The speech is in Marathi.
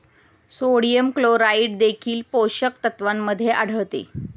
सोडियम क्लोराईड देखील पोषक तत्वांमध्ये आढळते